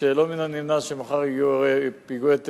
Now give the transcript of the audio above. שלא מן הנמנע שמחר יהיו פיגועי טרור,